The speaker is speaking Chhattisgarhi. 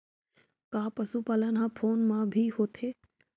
का पशुपालन ह फोन म भी होथे?